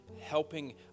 helping